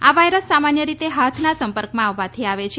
આ વાયરસ સામાન્ય રીતે હાથના સંપર્કમાં આવવાથી આવે છે